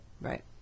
Right